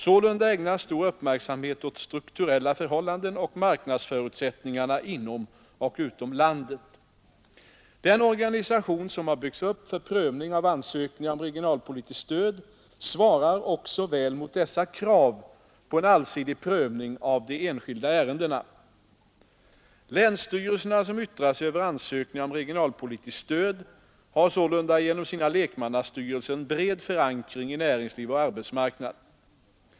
Sålunda ägnas stor uppmärksamhet åt strukturella förhållanden och marknadsförutsättningarna inom och utom landet. Den organisation som har byggts upp för prövning av ansökningar om regionalpolitiskt stöd svarar också väl mot dessa krav på en allsidig prövning av de enskilda ärendena. Länsstyrelserna, som yttrar sig över ansökningar om regionalpolitiskt stöd, har sålunda genom sina lek mannastyrelser en bred förankring i näringsliv och arbetsmarknad.